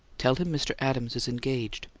tell him mr. adams is engaged.